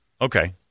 Okay